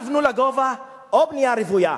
תבנו לגובה או בנייה רוויה?